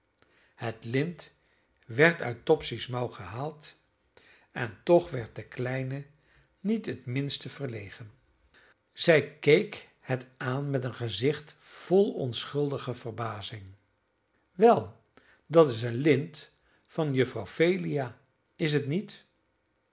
het lint werd uit topsy's mouw gehaald en toch werd de kleine niet het minste verlegen zij keek het aan met een gezicht vol onschuldige verbazing wel dat is een lint van juffrouw phelia is het niet